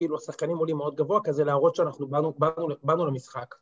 כאילו השחקנים עולים מאוד גבוה, כזה להראות שאנחנו באנו למשחק.